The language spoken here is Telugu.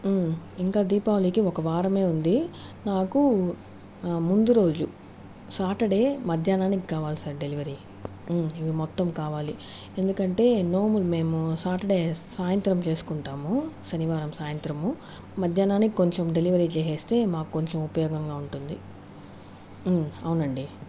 ఇంకా దీపావళికి ఒక వారమే ఉంది నాకు ముందు రోజు సాటర్డే మధ్యాహ్ననానికి కావాలి సార్ డెలివరీ ఇవి మొత్తం కావాలి ఎందుకంటే నోములు మేము సాటర్డే సాయంత్రం చేసుకుంటాము శనివారం సాయంత్రము మధ్యాహ్ననానికి కొంచెం డెలివరీ చేసేస్తే మాకొంచెం ఉపయోగంగా ఉంటుంది అవునండి